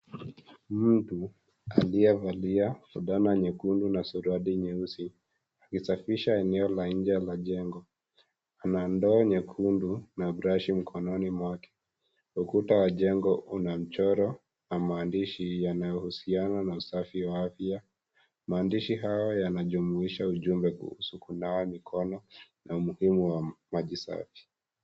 Mtu, aliyevalia fulana nyekundu na suruali nyeusi, akisafisha eneo la nje la jengo, ana ndoo nyekundu na brashi mkononi mwake. Ukuta wa jengo una mchoro na maandishi yanayohusiana na usafi wa afya, maandishi hayo yanajumuisha ujumbe kuhusu kunawa mikono na umuhimu wa maji safi.